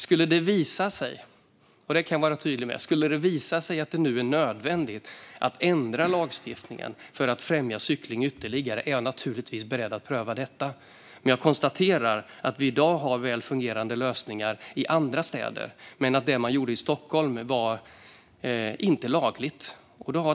Skulle det visa sig - det kan jag vara tydlig med - att det är nödvändigt att ändra lagstiftningen för att främja cykling ytterligare är jag naturligtvis beredd att pröva det. Men jag konstaterar att vi i dag har väl fungerande lösningar i andra städer. Det man gjorde i Stockholm var däremot inte lagligt.